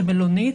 שמלונית